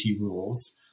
rules